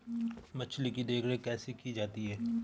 मछली की देखरेख कैसे की जाती है?